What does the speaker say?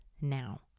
now